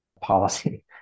policy